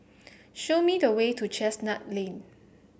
show me the way to Chestnut Lane